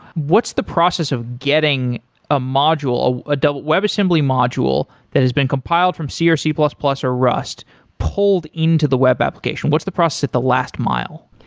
what's the process of getting ah a ah ah double web assembly module that has been compiled from c or c plus plus or rust pulled into the web application, what's the process at the last mile?